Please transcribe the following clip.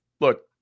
look